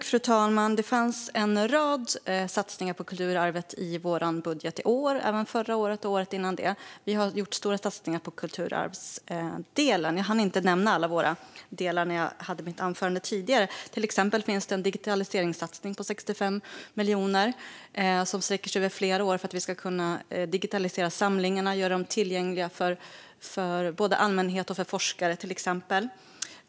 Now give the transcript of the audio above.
Fru talman! Det finns en rad satsningar på kulturarvet i vår budget i år liksom det gjorde förra året och även året innan det. Vi har gjort stora satsningar på kulturarvsdelen, men jag hann inte nämna dem alla i mitt anförande tidigare. Till exempel finns det en digitaliseringssatsning på 65 miljoner som sträcker sig över flera år för att vi ska kunna digitalisera samlingarna och göra dem tillgängliga både för allmänheten och för forskare.